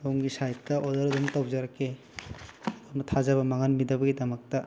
ꯁꯣꯝꯒꯤ ꯁꯥꯏꯠꯇ ꯑꯣꯗꯔ ꯑꯗꯨꯝ ꯇꯧꯖꯔꯛꯀꯦ ꯊꯥꯖꯕ ꯃꯥꯡꯍꯟꯕꯤꯗꯕꯒꯤꯗꯃꯛꯇ